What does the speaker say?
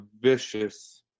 vicious